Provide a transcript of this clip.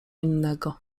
innego